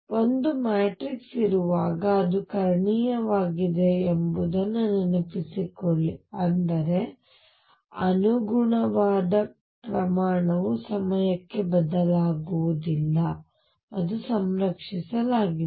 ಒಂದು ಮ್ಯಾಟ್ರಿಕ್ಸ್ ಇರುವಾಗ ಅದು ಕರ್ಣೀಯವಾಗಿದೆ ಎಂಬುದನ್ನು ನೆನಪಿಸಿಕೊಳ್ಳಿ ಅಂದರೆ ಅನುಗುಣವಾದ ಪ್ರಮಾಣವು ಸಮಯಕ್ಕೆ ಬದಲಾಗುವುದಿಲ್ಲ ಮತ್ತು ಸಂರಕ್ಷಿಸಲಾಗಿದೆ